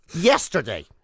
yesterday